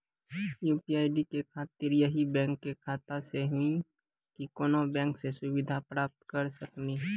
UPI के खातिर यही बैंक के खाता से हुई की कोनो बैंक से सुविधा प्राप्त करऽ सकनी?